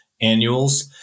annuals